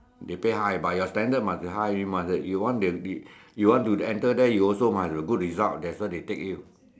they pay high but your standard must be high you must have you want to be you want to enter there you also must good result that's why they take you